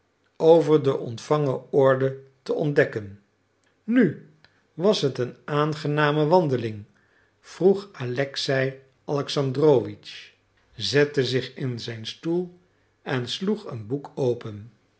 over de ontvangen orde te ontdekken nu was het een aangename wandeling vroeg alexei alexandrowitsch zette zich in zijn stoel en sloeg het boek open